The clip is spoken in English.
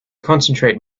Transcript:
concentrate